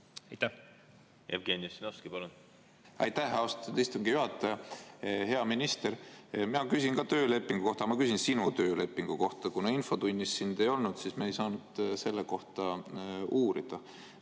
palun! Jevgeni Ossinovski, palun! Aitäh, austatud istungi juhataja! Hea minister! Mina küsin ka töölepingu kohta, aga ma küsin sinu töölepingu kohta. Kuna infotunnis sind ei olnud, siis me ei saanud selle kohta uurida.